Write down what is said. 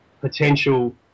potential